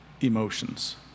emotions